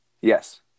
Yes